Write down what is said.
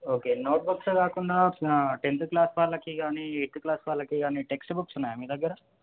okay notebooks కాకుండా tenth class వాళ్ళకి కానీ ఎయిత్ క్లాస్ వాళ్ళకి కానీ టెస్ట్ బుక్స్ ఉన్నాయా మీ దగ్గర